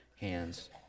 hands